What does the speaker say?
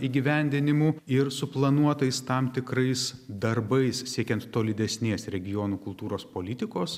įgyvendinimu ir suplanuotais tam tikrais darbais siekiant tolydesnės regionų kultūros politikos